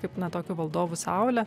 kaip na tokiu valdovu saule